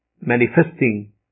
manifesting